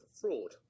fraud